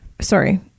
Sorry